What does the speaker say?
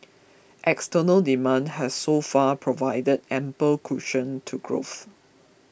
external demand has so far provided ample cushion to growth